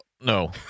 no